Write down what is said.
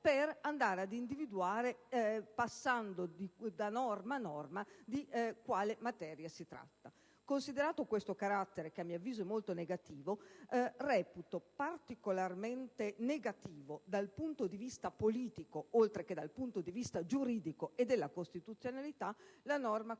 per individuare passando da norma a norma di quale materia si tratta. Considerato questo carattere, che a mio avviso è molto negativo, reputo non condivisibile dal punto di vista politico, oltre che dal punto di vista giuridico e della costituzionalità, la norma